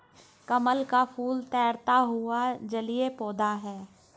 कमल का फूल तैरता हुआ जलीय पौधा है